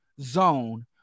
zone